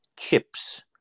Chips